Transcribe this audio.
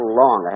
long